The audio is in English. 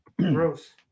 gross